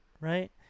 right